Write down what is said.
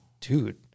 dude